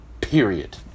period